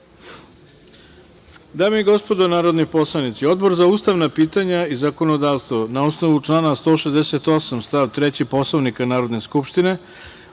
i gospodo narodni poslanici, Odbor za ustavna pitanja i zakonodavstvo, na osnovu člana 168. stav 3. Poslovnika Narodne skupštine